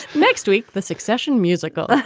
next week the succession musical.